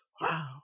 Wow